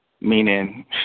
meaning